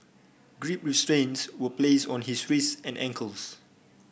grip restraints were place on his wrists and ankles